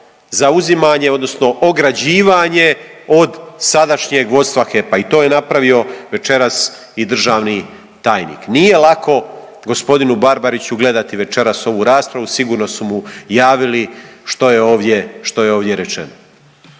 zauzimanje odnosno ograđivanje od sadašnjeg vodstva HEP-a i to je napravio večeras i državni tajnik. Nije lako gospodinu Barbariću gledati večeras ovu raspravu. Sigurno su mu javili što je ovdje rečeno.